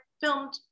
filmed